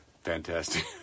Fantastic